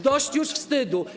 Dość już wstydu.